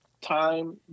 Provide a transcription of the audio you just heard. time